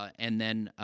and then, ah,